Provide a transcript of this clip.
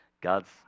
God's